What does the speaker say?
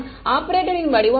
ஆபரேட்டரின் வடிவம் என்ன